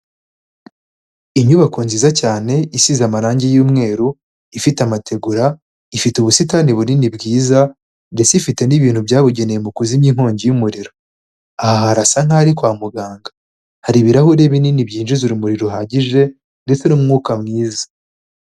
Inyubako nziza cyane isize amarangi y'umweru ifite amategura, ifite ubusitani bunini bwiza, ndetse ifite n'ibintu byabugenewe mu kuzimya inkongi y'umuriro, aha harasa nk'aho ari kwa muganga, hari ibirahuri binini byinjiza urumuri ruhagije ndetse n'umwuka mwiza.